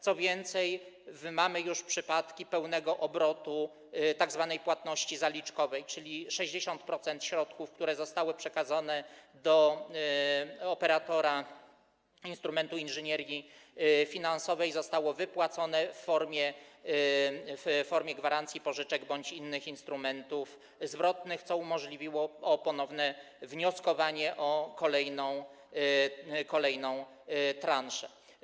Co więcej, mamy już przypadki pełnego obrotu w ramach tzw. płatności zaliczkowej, czyli 60% środków, które zostały przekazane do operatora instrumentu inżynierii finansowej, zostało wypłaconych w formie gwarancji, pożyczek bądź innych instrumentów zwrotnych, co umożliwiło ponowne wnioskowanie o kolejną transzę.